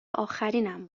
آخرینم